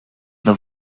the